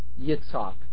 Yitzhak